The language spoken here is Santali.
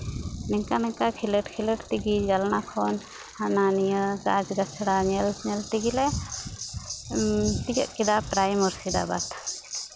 ᱱᱤᱝᱠᱟ ᱱᱤᱝᱠᱟ ᱠᱷᱮᱞᱳᱰ ᱠᱷᱮᱞᱳᱰ ᱛᱮᱜᱮ ᱡᱟᱱᱟᱞᱟ ᱠᱷᱚᱱ ᱦᱟᱱᱟ ᱱᱤᱭᱟᱹ ᱜᱟᱪᱷ ᱜᱟᱪᱷᱲᱟ ᱧᱮᱞ ᱧᱮᱥ ᱛᱮᱜᱮ ᱞᱮ ᱛᱤᱭᱟᱹᱜ ᱠᱮᱫᱟ ᱯᱨᱟᱭ ᱢᱩᱨᱥᱤᱫᱟᱵᱟᱫᱽ